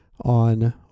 on